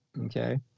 okay